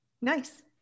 Nice